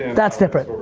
that's different.